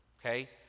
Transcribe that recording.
Okay